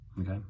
Okay